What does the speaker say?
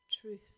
Truth